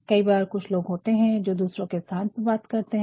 कई बार कुछ लोग होते हैं जो दूसरों के स्थान पर बात करते हैं